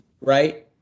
right